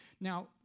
Now